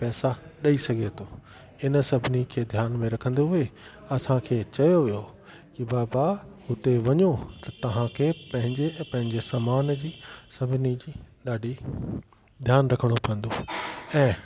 पैसा ॾई सघे थो इन सभिनी खे ध्यान में रखंदे हुए असांखे इहा चयो वियो कि बाबा हुते वञो त तव्हांखे पंहिंजे ऐं पंहिंजे समान जी सभिनी जी ॾाढी ध्यानु रखिणो पवंदो ऐं